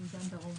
דן דרום.